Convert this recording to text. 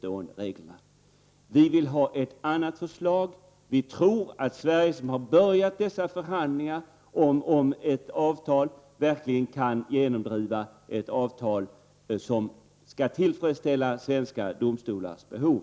Vi vill därför ha ett annat förslag till konvention. Enligt vår mening kan Sverige, som har påbörjat dessa förhandlingar, genomdriva ett avtal som tillgodoser svenska domstolars behov.